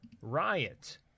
Riot